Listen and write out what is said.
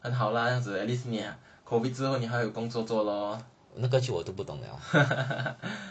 很好 lah 这样子 at least 你 COVID 之后呢你还有工作做 lor